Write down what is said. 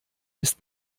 ist